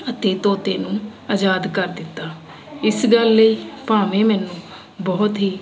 ਅਤੇ ਤੋਤੇ ਨੂੰ ਅਜਾਦ ਕਰ ਦਿੱਤਾ ਇਸ ਗੱਲ ਲਈ ਭਾਵੇਂ ਮੈਨੂੰ ਬਹੁਤ ਹੀ